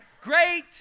great